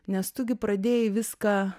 nes tu gi pradėjai viską